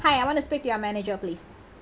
hi I want to speak to your manager please